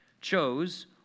chose